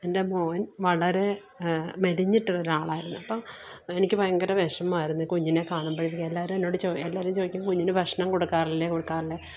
എന്റെ മോൻ വളരെ മെലിഞ്ഞിട്ട് ഒരാളായിരുന്നു അപ്പം എനിക്ക് ഭയങ്കര വിഷമമായിരുന്നു ഇ കുഞ്ഞിനെ കാണുമ്പോഴേക്ക് എല്ലാവരും എന്നോട് ചോദിക്കും എല്ലാവരും ചോദിക്കും കുഞ്ഞിന് ഭക്ഷണം കൊടുക്കാറില്ലെ കൊടുക്കാറില്ലെ